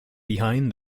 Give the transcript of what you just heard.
behind